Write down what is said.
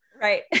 Right